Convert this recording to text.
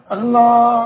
Allah